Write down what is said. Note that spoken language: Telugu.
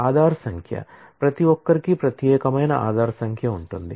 ఆధార్ సంఖ్య ప్రతి ఒక్కరికి ప్రత్యేకమైన ఆధార్ సంఖ్య ఉంటుంది